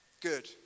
Good